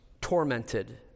tormented